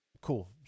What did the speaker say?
Cool